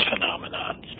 phenomenon